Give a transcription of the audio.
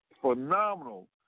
phenomenal